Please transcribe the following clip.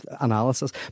analysis